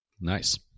Nice